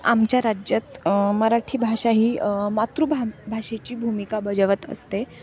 आमच्या राज्यात मराठी भाषा ही मातृभा भाषेची भूमिका बजावत असते